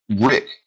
Rick